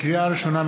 לקריאה ראשונה,